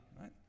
right